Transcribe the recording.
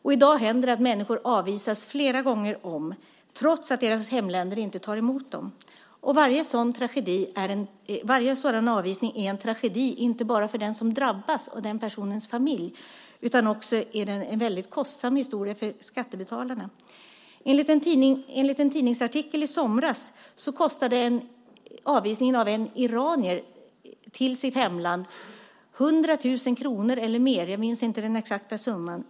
I dag händer det att människor avvisas flera gånger om trots att deras hemländer inte tar emot dem. Varje sådan avvisning är inte bara en tragedi för den som drabbas och den personens familj utan också en väldigt kostsam historia för skattebetalarna. Enligt en tidningsartikel i somras kostade avvisningen av en iranier till hans hemland 100 000 kr eller mer - jag minns inte den exakta summan.